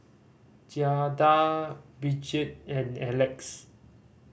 Jaida Bridgett and Alex